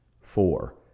Four